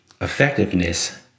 effectiveness